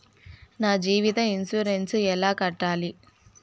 నా జీవిత ఇన్సూరెన్సు ఎలా కట్టాలి?